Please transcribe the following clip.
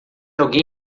alguém